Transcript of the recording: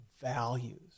values